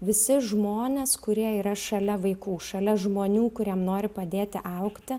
visi žmonės kurie yra šalia vaikų šalia žmonių kuriem nori padėti augti